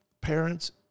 parents